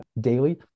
daily